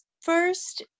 first